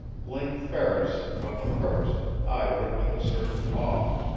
link ferris, from the first, eyed her with a certain awe.